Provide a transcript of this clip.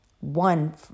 one